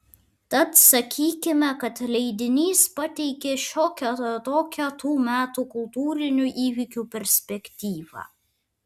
tad sakykime kad leidinys pateikė šiokią tokią tų metų kultūrinių įvykių perspektyvą